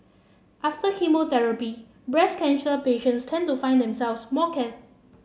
after chemotherapy breast cancer patients tend to find themselves more